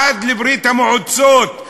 עד לברית-המועצות,